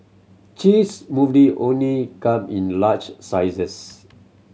cheese only come in large sizes